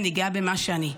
אני גאה במה שאני.